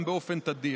באופן תדיר.